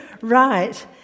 Right